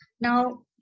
Now